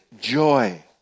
joy